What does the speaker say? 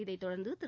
இதைத்தொடர்ந்து திரு